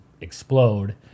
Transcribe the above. explode